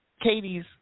Katie's